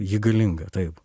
ji galinga taip